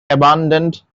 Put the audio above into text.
abandoned